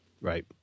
right